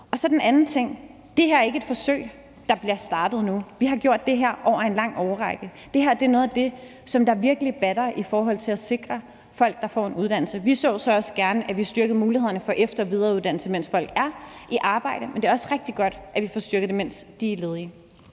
er der den anden ting: Det her er ikke et forsøg, der bliver startet nu – vi har gjort det her over en lang årrække. Det her er noget af det, som virkelig batter i forhold til at sikre folk, der får en uddannelse. Vi så jo så også gerne, at vi styrkede mulighederne for efter- og videreuddannelse, mens folk er i arbejde, men det er også rigtig godt, at vi får styrket det, mens de er ledige.